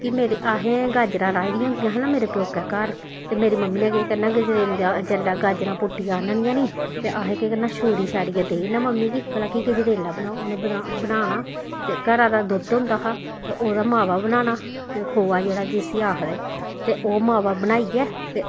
कि मेरे असें गाजरां राही दियां होंदियां हा ना मेरे प्यौके घर ते मेरी मम्मी ने केह् करना गजरेला जेल्लै गाजरां पुट्टियै आह्ननियां निं ते असें केह् करना छूरी छारियै देई ओड़ना मम्मी गी भला कि गजरेला बनाओ उनें बदाम बनाना ते घरा दा दुद्ध होंदा हा ते ओहदा मावा बनाना ते खोआ जेह्ड़ा जिस्सी आक्खदे न ते ओह मावा बनाइयै ते